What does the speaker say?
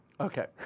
okay